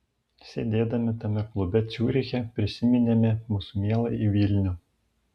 sėdėdami tame klube ciuriche prisiminėme mūsų mieląjį vilnių